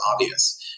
obvious